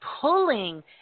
pulling